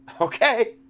Okay